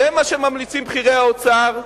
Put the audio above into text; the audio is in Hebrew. זה מה שממליצים בכירי האוצר.